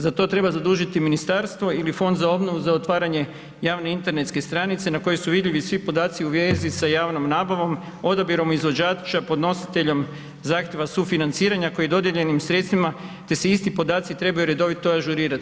Za to treba zadužiti ministarstvo ili Fond za obnovu za otvaranje javne internetske stranice na kojoj su vidljivi svi podaci u vezi sa javnom nabavom, odabirom izvođača, podnositeljom zahtjeva sufinanciranja koji dodijeljenim sredstvima, te se isti podaci trebaju redovito ažurirat.